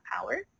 power